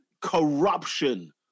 corruption